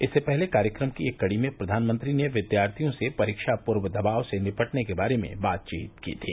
इससे पहले कार्यक्रम की एक कड़ी में प्रधानमंत्री ने विद्यार्थियों से परीक्षा पूर्व दबाव से निपटने के बारे में बातचीत की थी